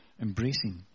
embracing